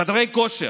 חדרי כושר,